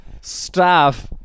staff